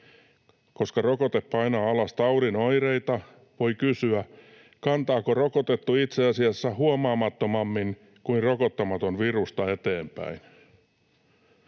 Koska rokote painaa alas taudin oireita, voi kysyä: kantaako rokotettu itse asiassa huomaamattomammin kuin rokottamaton virusta eteenpäin?